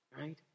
right